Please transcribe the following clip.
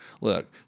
Look